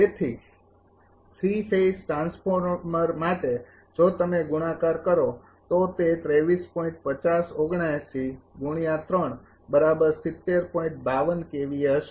તેથી ૩ phase transformer માટે જો તમે ગુણાકાર કરો તો તે હશે